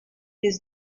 this